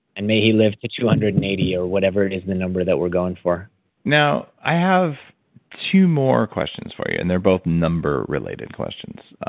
and may he live to two hundred and eighty or whatever it is the number that we're going for now, i have two more questions for you, and they're both number-related questions.